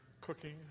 cooking